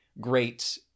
great